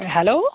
hello